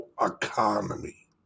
economy